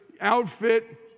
outfit